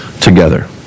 together